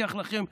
מבטיח לכם,